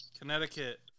Connecticut